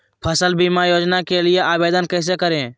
फसल बीमा योजना के लिए आवेदन कैसे करें?